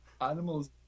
Animals